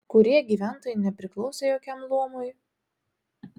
kurie gyventojai nepriklausė jokiam luomui